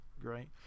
great